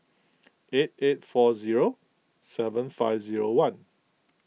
eight eight four zero seven five zero one